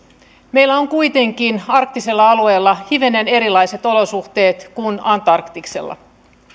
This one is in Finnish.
meillä on kuitenkin arktisella alueella hivenen erilaiset olosuhteet kuin antarktiksella